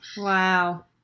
Wow